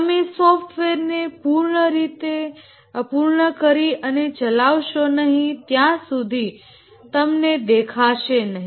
તમે સોફ્ટવેર ને પૂર્ણ કરી અને ચલાવશો નહીં ત્યાં સુધી તમને દેખાશે નહીં